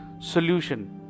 solution